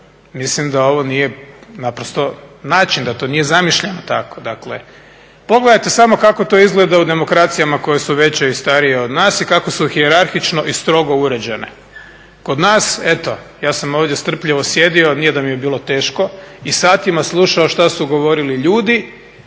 mislim da ovo nije naprosto način, da to nije zamišljeno tako. Dakle, pogledajte samo kako to izgleda u demokracijama koje su veće i starije od nas i kako su hijerarhično i strogo uređene. Kod nas eto, ja sam ovdje strpljivo sjedio. Nije da mi je bio teško i satima slušao šta su govorili ljudi